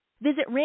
Visit